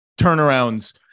turnarounds